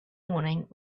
morning